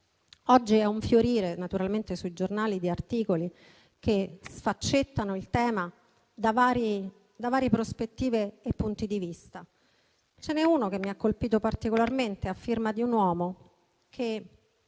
Oggi sui giornali è un fiorire di articoli che sfaccettano il tema da varie prospettive e punti di vista; ce n'è uno che mi ha colpito particolarmente, a firma di un uomo che